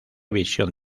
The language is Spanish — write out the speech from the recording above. visión